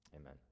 Amen